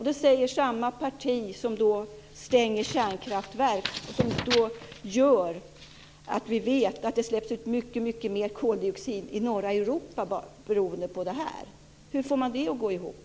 Det säger samma parti som genom att stänga kärnkraftverk gör så att det släpps ut mycket mer koldioxid i norra Europa. Hur får man det att gå ihop?